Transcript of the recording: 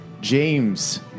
James